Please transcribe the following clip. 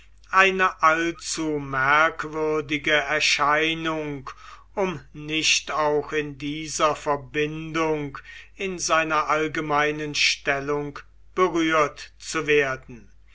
eine allzu merkwürdige erscheinung um nicht auch in dieser verbindung in seiner allgemeinen stellung berührt zu werden